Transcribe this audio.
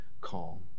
calm